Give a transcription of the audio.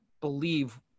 believe